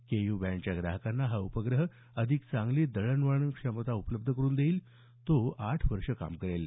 के you बँडच्या ग्राहकांना हा उपग्रह अधिक चांगली दळणवळण क्षमता उपलब्ध करुन देईल तो आठ वर्षे काम करेल